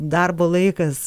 darbo laikas